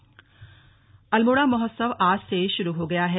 अल्मोड़ा महोत्सव अल्मोड़ा महोत्सव आज से शुरू हो गया है